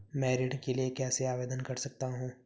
मैं ऋण के लिए कैसे आवेदन कर सकता हूं?